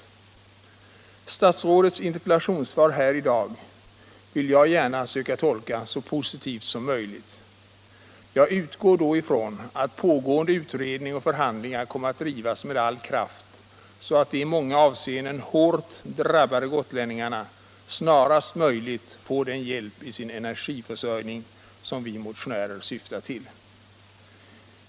Statsrådets interpellationssvar här i dag vill jag gärna söka tolka så positivt som möjligt. Jag utgår då ifrån att pågående utredning och förhandlingar kommer att drivas med all kraft, så att de i många avseenden hårt drabbade gotlänningarna snarast möjligt får den hjälp i sin energiförsörjning som vi motionärer syftat till.